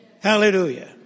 Hallelujah